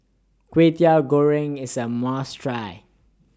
Kwetiau Goreng IS A must Try